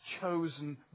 chosen